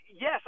yes